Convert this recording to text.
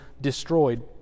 destroyed